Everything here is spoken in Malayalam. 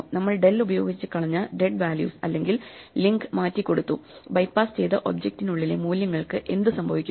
നമ്മൾ del ഉപയോഗിച്ച് കളഞ്ഞ ഡെഡ് വാല്യൂസ് അല്ലെങ്കിൽ ലിങ്ക് മാറ്റികൊടുത്തു ബെപാസ്സ് ചെയ്ത ഒബ്ജക്റ്റിനുള്ളിലെ മൂല്യങ്ങൾക്ക് എന്തു സംഭവിക്കുന്നു